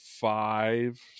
five